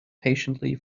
patiently